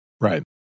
Right